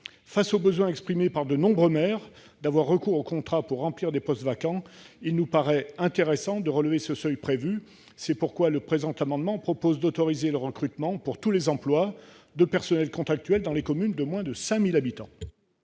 égard au besoin exprimé par de nombreux maires d'avoir recours au contrat pour pourvoir des postes vacants, il nous semble intéressant de relever le seuil. C'est pourquoi le présent amendement tend à autoriser le recrutement pour tous les emplois de contractuel dans les communes de moins de 5 000 habitants.